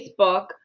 Facebook